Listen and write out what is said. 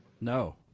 No